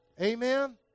amen